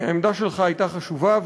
והעמדה שלך הייתה חשובה,